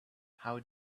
how